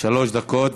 דקות.